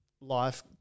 life